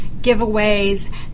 giveaways